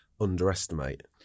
underestimate